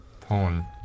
Porn